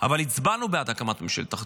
אבל הצבענו בעד הקמת ממשלת האחדות,